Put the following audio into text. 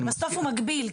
הוא מקביל,